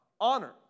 Honor